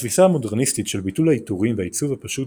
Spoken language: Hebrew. התפיסה המודרניסטית של ביטול העיטורים והעיצוב הפשוט